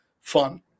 fun